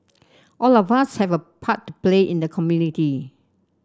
all of us have a part play in the community